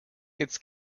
its